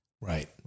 Right